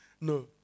No